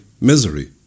misery